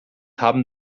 haben